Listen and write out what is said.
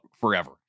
forever